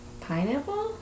pineapple